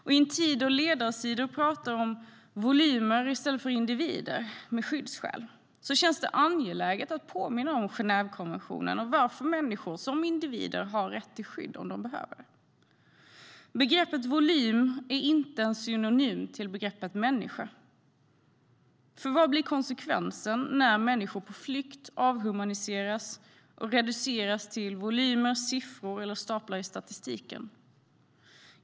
I en tid då det på ledarsidor pratas om volymer i stället för individer med skyddsskäl känns det angeläget att påminna om Genèvekonventionen och varför människor som individer har rätt till skydd om de behöver det. Begreppet volym är inte en synonym till begreppet människa. Vad blir konsekvensen när människor på flykt avhumaniseras och reduceras till volymer, siffror eller staplar i statistiken?